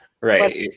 right